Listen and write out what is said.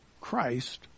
Christ